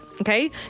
Okay